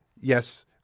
Yes